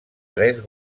tres